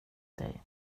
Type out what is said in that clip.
dig